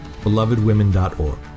BelovedWomen.org